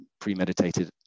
premeditated